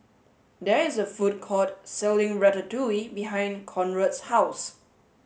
there is a food court selling Ratatouille behind Conrad's house